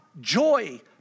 joy